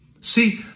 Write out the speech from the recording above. See